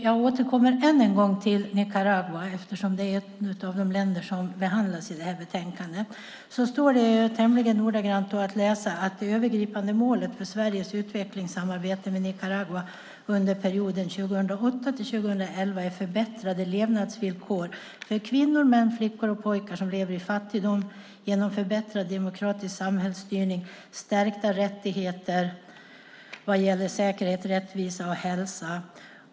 Jag återkommer än en gång till Nicaragua, eftersom det är ett av de länder som behandlas i detta betänkande. I betänkandet står det att läsa: "Det övergripande målet för Sveriges utvecklingssamarbete med Nicaragua under perioden 2008-2011 är förbättrade levnadsvillkor för kvinnor, män, flickor och pojkar som lever i fattigdom, genom förbättrad demokratisk samhällsstyrning, stärkta rättigheter vad gäller säkerhet, rättvisa och hälsa .